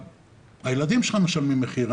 והילדים שלך משלמים מחיר.